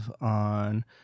on